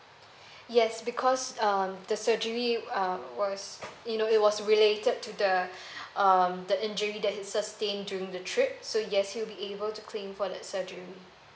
yes because um the surgery uh was you know it was related to the um the injury that he sustained during the trip so yes he will be able to claim for that surgery